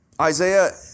Isaiah